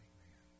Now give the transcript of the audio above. Amen